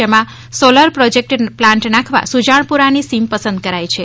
જેમાં solar project plant નાખવા સુજાણપુરા સીમ પસંદ કરાઈ છે